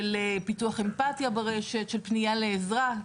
של פיתוח אמפתיה ברשת, של פנייה לעזרה.